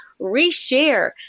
reshare